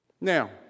Now